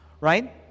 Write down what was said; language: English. right